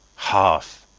half,